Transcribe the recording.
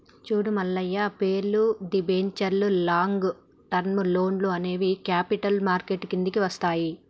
చూడు మల్లయ్య పేర్లు, దిబెంచర్లు లాంగ్ టర్మ్ లోన్లు అనేవి క్యాపిటల్ మార్కెట్ కిందికి వస్తాయి